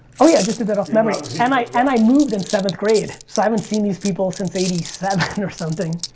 oh yeah, i just did that off memory! and i and i moved in seventh grade so i haven't seen these people since eighty seven or something!